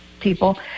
people